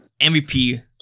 MVP